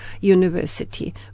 university